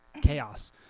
chaos